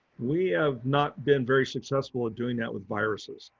we have not been very successful at doing that with viruses,